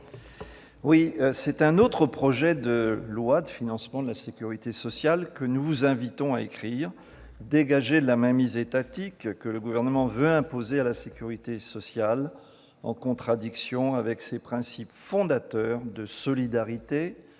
c'est un autre projet de loi de financement de la sécurité sociale que nous vous invitons à écrire, dégagé de la mainmise étatique que le Gouvernement veut imposer à la sécurité sociale, en contradiction avec ses principes fondateurs de solidarité,